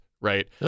right